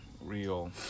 real